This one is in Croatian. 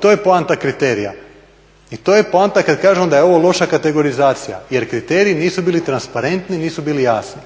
to je poanta kriterija i to je poanta kad kažemo da je ovo loša kategorizacija jer kriteriji nisu bili transparentni, nisu bili jasni,